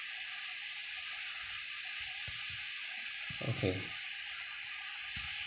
okay